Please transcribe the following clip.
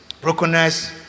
Brokenness